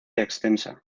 extensa